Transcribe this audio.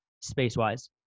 space-wise